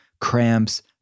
cramps